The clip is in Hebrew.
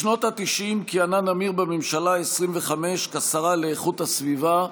בשנות התשעים כיהנה נמיר בממשלה העשרים-וחמש כשרה לאיכות הסביבה,